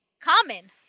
common